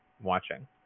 watching